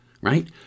right